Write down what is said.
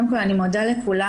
קודם כול, אני מודה לכולם.